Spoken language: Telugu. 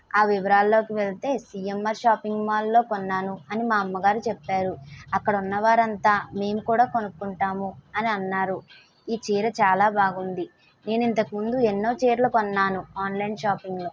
ఆ వివరాలలో వెళితే సీఎమ్ఆర్ షాపింగ్ మాల్లో కొన్నాను అని మా అమ్మగారు చెప్పారు అక్కడ ఉన్న వారంతా మేము కూడా కొనుకుంటాము అని అన్నారు ఈ చీర చాలా బాగుంది నేను ఇంతకు ముందు ఎన్నో చీరలు కొన్నాను ఆన్లైన్ షాప్పింగ్లో